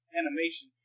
animation